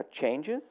changes